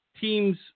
teams